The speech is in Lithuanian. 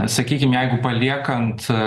sakykim jeigu paliekant